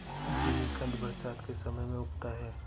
जिमीकंद बरसात के समय में उगता है